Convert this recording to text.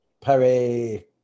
perry